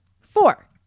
Four